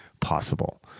possible